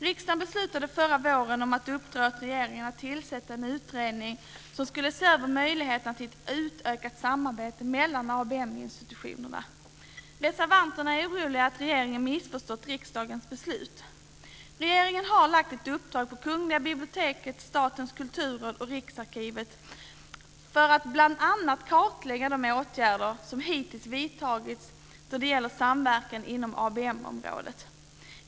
Riksdagen beslutade förra våren att uppdra åt regeringen att tillsätta en utredning som skulle se över möjligheterna till utökat samarbete mellan ABM institutionerna. Reservanterna är oroliga att regeringen missförstått riksdagens beslut. Regeringen har lagt ut ett uppdrag på Kungliga biblioteket, Statens kulturråd och Riksarkivet att bl.a. kartlägga de åtgärder som hittills vidtagits då det gäller samverkan inom ABM-området.